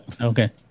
Okay